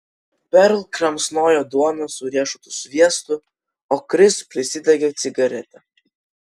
perl kramsnojo duoną su riešutų sviestu o kris prisidegė cigaretę